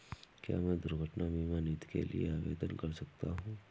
क्या मैं दुर्घटना बीमा नीति के लिए आवेदन कर सकता हूँ?